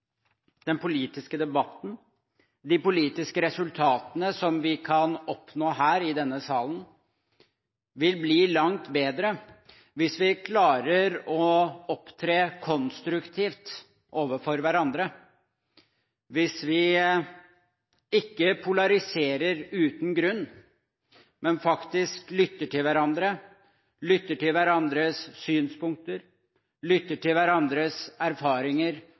den politiske debatten, de politiske resultatene som vi kan oppnå her i denne salen, vil bli langt bedre hvis vi klarer å opptre konstruktivt overfor hverandre, hvis vi ikke polariserer uten grunn, men faktisk lytter til hverandre, lytter til hverandres synspunkter, lytter til hverandres erfaringer